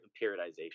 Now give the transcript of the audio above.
periodization